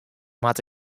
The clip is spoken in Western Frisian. moat